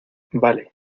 vale